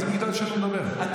על איזה מגדל שן הוא מדבר?